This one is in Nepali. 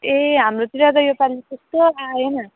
ए हाम्रोतिर त योपालि त्यस्तो आएन